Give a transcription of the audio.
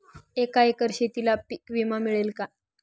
एका एकर शेतीला पीक विमा मिळेल का?